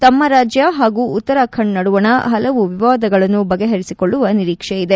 ತಮ್ನ ರಾಜ್ಯ ಹಾಗೂ ಉತ್ತರಾಖಂಡ್ ನಡುವಣ ಪಲವು ವಿವಾದಗಳನ್ನು ಬಗೆಹರಿಸಿಕೊಳ್ಳುವ ನಿರೀಕ್ಷೆಯಿದೆ